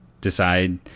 decide